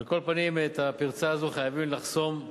על כל פנים, את הפרצה הזאת חייבים לחסום,